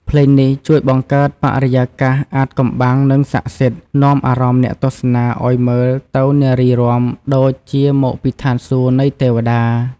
ភ្លេងនេះជួយបង្កើតបរិយាកាសអាថ៌កំបាំង និងស័ក្តិសិទ្ធិ នាំអារម្មណ៍អ្នកទស្សនាឲ្យមើលទៅនារីរាំ ដូចជាមកពីឋានសួគ៌នៃទេវតា។